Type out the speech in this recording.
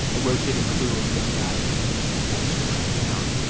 a rotating crew of young guys and handyman types from around town,